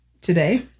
Today